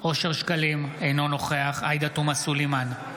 אינו נוכח עאידה תומא סלימאן,